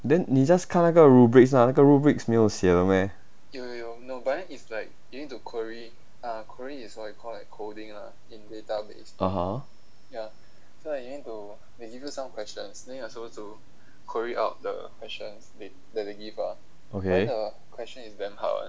then 你 just 看那个 rubrics 啦那个 rubrics 没有写的 meh (uh huh) okay